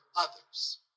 others